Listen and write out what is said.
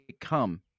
come